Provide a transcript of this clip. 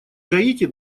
гаити